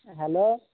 hello